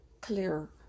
clearer